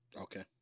Okay